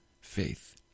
faith